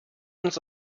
uns